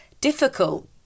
difficult